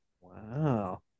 Wow